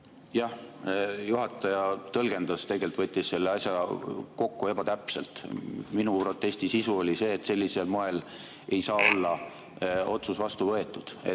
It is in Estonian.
Jah, juhataja tõlgendas, tegelikult võttis selle asja kokku ebatäpselt. Minu protesti sisu oli see, et sellisel moel ei saa olla otsus vastu võetud.